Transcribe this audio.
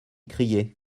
criait